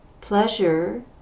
pleasure